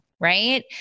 right